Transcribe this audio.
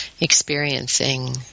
experiencing